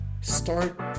Start